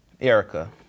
Erica